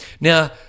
Now